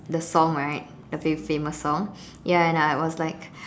the song right the fa~ famous song ya and I was like